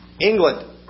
England